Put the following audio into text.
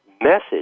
message